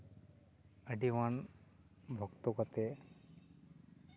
ᱟᱹᱰᱤᱜᱟᱱ ᱵᱷᱚᱠᱛᱚ ᱠᱟᱛᱮᱫ